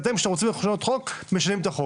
אתם, כשאתם רוצים לשנות חוק, משנים את החוק.